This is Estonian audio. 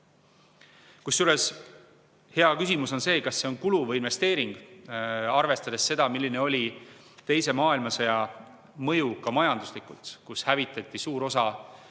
Kusjuures hea küsimus on see, kas see on kulu või investeering, arvestades seda, milline oli teise maailmasõja mõju ka majanduslikult, kui hävitati suur osa